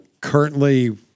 Currently